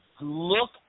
Look